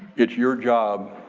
it's your job,